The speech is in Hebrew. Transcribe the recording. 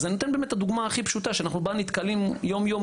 אז אני נותן באמת את הדוגמה הכי פשוטה שאנחנו נתקלים בה יום-יום,